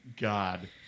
God